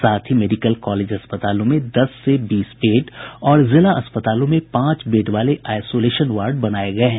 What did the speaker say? साथ ही medical college अस्पतालों में दस से बीस बेड और जिला अस्पतालों में पांच बेड वाले आइसोलेशन वार्ड बनाये गये हैं